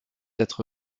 être